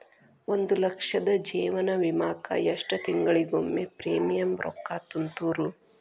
ಒಂದ್ ಲಕ್ಷದ ಜೇವನ ವಿಮಾಕ್ಕ ಎಷ್ಟ ತಿಂಗಳಿಗೊಮ್ಮೆ ಪ್ರೇಮಿಯಂ ರೊಕ್ಕಾ ತುಂತುರು?